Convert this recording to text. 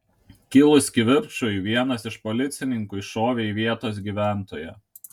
kilus kivirčui vienas iš policininkų iššovė į vietos gyventoją